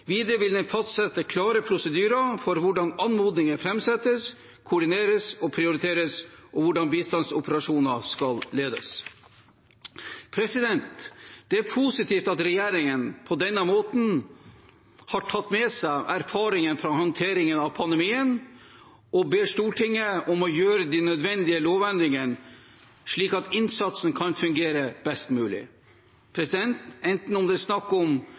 Videre vil den fastsette klare prosedyrer for hvordan anmodninger framsettes, koordineres og prioriteres, og hvordan bistandsoperasjoner skal ledes. Det er positivt at regjeringen på denne måten har tatt med seg erfaringene fra håndteringen av pandemien og ber Stortinget om å gjøre de nødvendige lovendringene slik at innsatsen kan fungere best mulig, enten det er snakk om